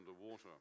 underwater